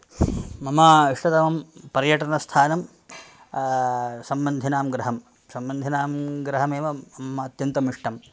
मम इष्टतमं पर्यटनस्थानं सम्बन्धिनां गृहं सम्बन्धिनां गृहम् एव मम अत्यन्तम् इष्टं